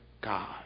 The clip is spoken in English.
God